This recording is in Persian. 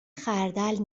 خردل